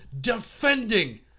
defending